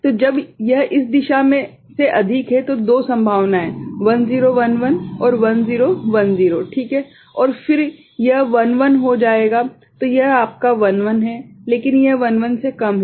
तो जब यह इस दिशा से अधिक है तो दो संभावनाएं हैं 1011 और 1010 ठीक है और फिर यह 11 हो जाएगा तो यह आपका 11 है लेकिन यह 11 से कम है